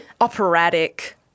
operatic